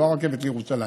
לא הרכבת לירושלים.